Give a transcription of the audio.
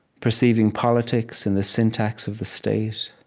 perceiving politics in the syntax of the state.